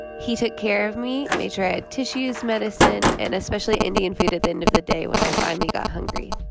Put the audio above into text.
he took care of me, made sure i had tissues, medicine and especially indian food at the end of the day when i finally got hungry.